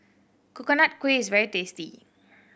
Coconut Kuih is very tasty